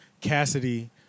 Cassidy